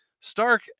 Stark